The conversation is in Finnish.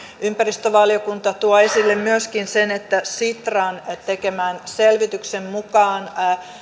ympäristövaliokunta tuo esille myöskin sen että sitran tekemän selvityksen mukaan